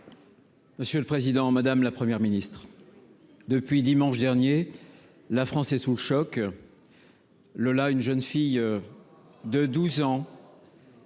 Monsieur le Président Madame la première ministre depuis dimanche dernier, la France est sous le choc, le là, une jeune fille de 12 ans.